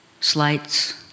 slights